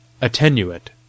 attenuate